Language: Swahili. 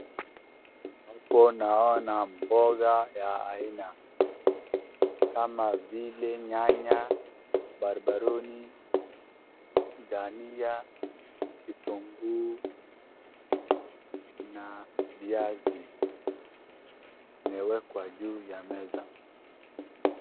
Hapo naona mboga ya aina, kama ile nyanya, barbaruni, dhania, kitunguu, na viazi imewekwa juu ya meza.